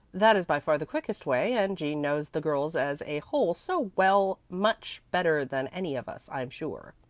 that is by far the quickest way, and jean knows the girls as a whole so well much better than any of us, i'm sure.